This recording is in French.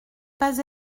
pas